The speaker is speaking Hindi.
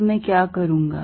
तब मैं क्या करूंगा